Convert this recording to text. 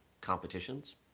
competitions